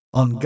on